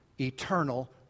eternal